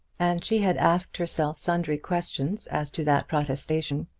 and she had asked herself sundry questions as to that protestation.